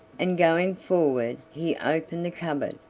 and going forward he opened the cupboard,